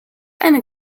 eine